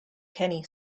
kenny